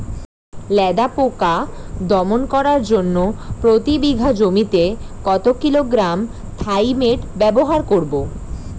লেদা পোকা দমন করার জন্য প্রতি বিঘা জমিতে কত কিলোগ্রাম থাইমেট ব্যবহার করব?